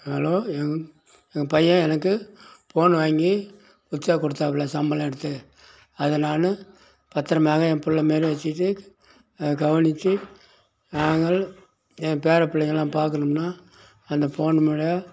hello எங்க என் பையன் எனக்கு போன் வாங்கி உச்சா கொடுத்தாப்ல சம்பளம் எடுத்து அதை நான் பத்திரமாக என் பிள்ள வச்சிவிட்டு கவனிச்சு நாங்கள் என் பேரை பிள்ளைகள்லாம் பார்க்கணும்னா அந்த போன் மூலம் பேசுவோம்